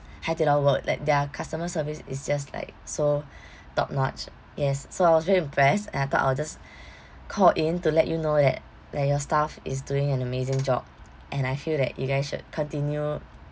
Haidilao were like their customer service is just like so top notch yes so I was very impressed and I thought I'll just call in to let you know that that your staff is doing an amazing job and I feel that you guys should continue